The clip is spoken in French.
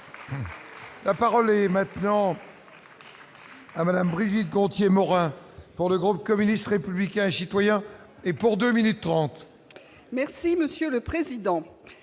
La parole est maintenant. à Madame, Brigitte Gonthier-Maurin pour le groupe communiste républicain et citoyen et pour 2 minutes 30. Merci Monsieur le Président,